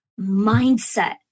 mindset